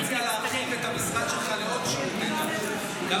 אני מציע להרחיב את המשרד שלך לעוד שירותי דת,